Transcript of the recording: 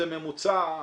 זה ממוצע,